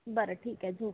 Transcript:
बरं ठीक आहे झोप